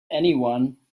anyone